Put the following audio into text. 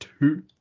Two